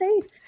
safe